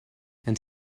and